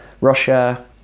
Russia